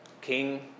king